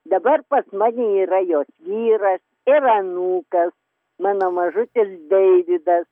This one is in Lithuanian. dabar pas mane yra jos vyras ir anūkas mano mažutis deividas